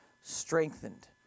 strengthened